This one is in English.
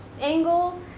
angle